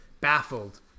baffled